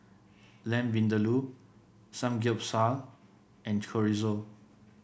Lamb Vindaloo Samgyeopsal and Chorizo